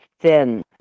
thin